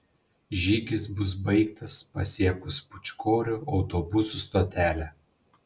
žygis bus baigtas pasiekus pūčkorių autobusų stotelę